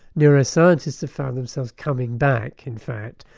neuroscientists have found themselves coming back in fact,